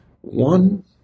One